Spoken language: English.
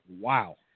Wow